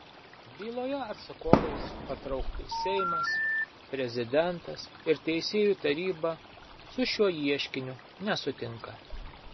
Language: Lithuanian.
byloje atsakovais patraukti seimas prezidentas ir teisėjų taryba su šiuo ieškiniu nesutinka